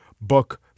book